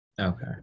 Okay